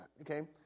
Okay